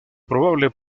probable